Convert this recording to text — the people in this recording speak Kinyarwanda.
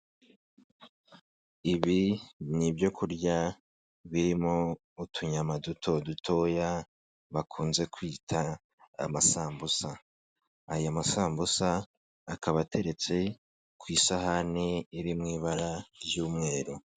Ibi ni ibyo kurya, birimo utunyama duto dutoya, bakunze kwita, amasambusa, aya masambusa, akaba ateretse ku isahani, iri mu ibara ry'umweru.